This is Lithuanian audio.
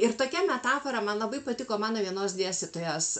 ir tokia metafora man labai patiko mano vienos dėstytojos